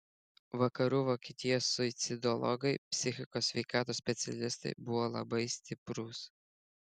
vakarų vokietijos suicidologai psichikos sveikatos specialistai buvo labai stiprūs